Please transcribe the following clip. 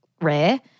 rare